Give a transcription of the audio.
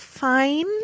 fine